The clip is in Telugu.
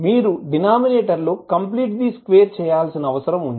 మీరు డినామినేటర్ లో కంప్లీట్ ది స్క్వేర్ చేయవలసిన అవసరం వుంది